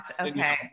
okay